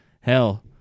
Hell